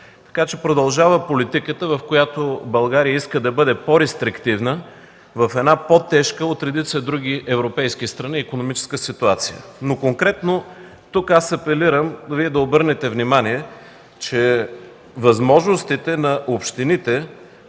Така че продължава политиката, с която България иска да бъде по-рестриктивна в по-тежка от редица други европейски страни икономическа ситуация. Конкретно тук апелирам да обърнете внимание, че възможностите на общините